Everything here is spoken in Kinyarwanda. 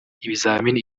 ibizami